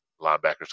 Linebackers